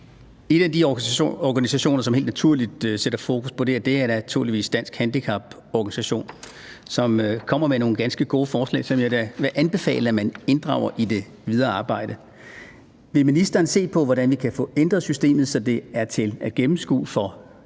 En af de organisationer, som helt naturligt sætter fokus på det her, er naturligvis Danske Handicaporganisationer, som kommer med nogle ganske gode forslag, som jeg da vil anbefale at man inddrager i det videre arbejde. Vil ministeren se på, hvordan man kan få ændret systemet, så det er til at gennemskue for